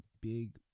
big